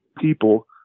people